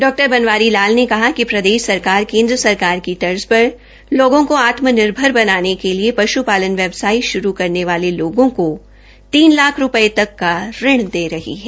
डॉ बनवारी लाल ने कहा कि प्रदेश सरकार की तर्ज पर लोगों को आत्मनिर्भर बनाने के लिए पशुपालन व्यवसाय श्रू करने वाले लोगों को तीन लाख रूपये तक का ऋण दे रही है